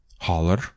Holler